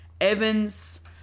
Evans